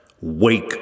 Wake